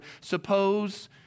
Suppose